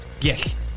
Yes